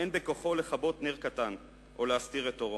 אין בכוחו לכבות נר קטן או להסתיר את אורו.